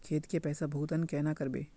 खेत के पैसा भुगतान केना करबे?